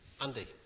Andy